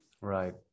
Right